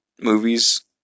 movies